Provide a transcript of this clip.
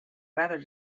weather